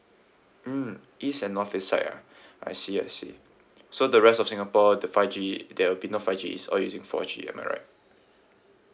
mm east and north east side ah I see I see so the rest of singapore the five G there will be no five G is all using four G am I right